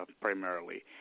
primarily